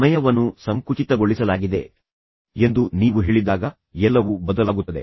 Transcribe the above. ಸಮಯವನ್ನು ಸಂಕುಚಿತಗೊಳಿಸಲಾಗಿದೆ ಎಂದು ನೀವು ಹೇಳಿದಾಗ ಎಲ್ಲವೂ ಬದಲಾಗುತ್ತದೆ